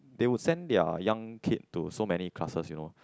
they would send their young kid to so many classes you know